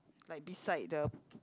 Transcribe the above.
like beside the